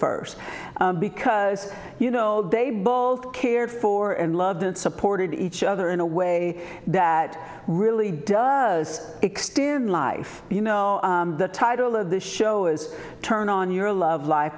first because you know they both cared for and loved and supported each other in a way that really does extend life you know the title of the show is turn on your love life